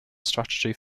strategy